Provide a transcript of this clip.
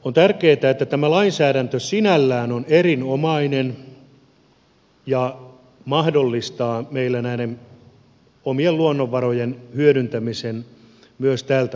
on tärkeätä että tämä lainsäädäntö sinällään on erinomainen ja mahdollistaa meillä näiden omien luonnonvarojen hyödyntämisen myös tältä osin